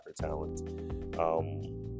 talent